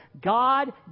God